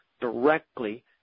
directly